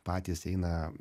patys eina